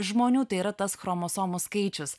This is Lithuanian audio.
žmonių tai yra tas chromosomų skaičius